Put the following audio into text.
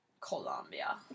Colombia